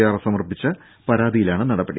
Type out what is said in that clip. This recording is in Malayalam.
ആർ സമർപ്പിച്ച പരാതിയിലാണ് നടപടി